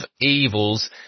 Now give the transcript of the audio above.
evils